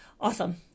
Awesome